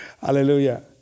Hallelujah